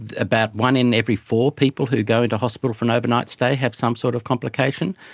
about one in every four people who go into hospital for an overnight stay have some sort of complication,